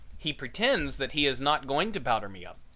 he pretends that he is not going to powder me up.